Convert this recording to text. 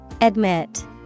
Admit